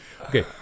Okay